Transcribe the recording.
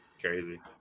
Crazy